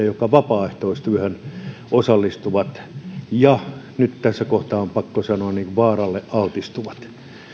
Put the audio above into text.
jotka vapaaehtoistyöhön osallistuvat ja nyt tässä kohtaa on pakko sanoa vaaralle altistuvat